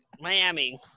Miami